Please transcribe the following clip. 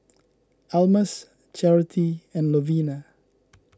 Almus Charity and Lovina